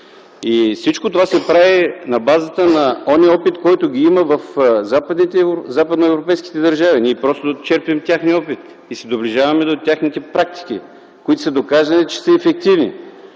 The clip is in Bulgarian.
Всичко това се прави на базата на онзи опит, който имат западно-европейските държави. Ние просто черпим техния опит и се доближаваме до техните практики, които е доказано, че са ефективни.